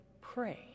pray